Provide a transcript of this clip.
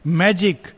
magic